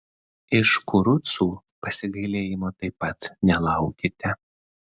iš kurucų pasigailėjimo taip pat nelaukite